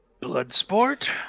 Bloodsport